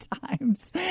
times